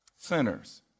sinners